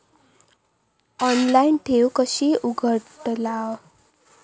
Online ठेव कशी उघडतलाव?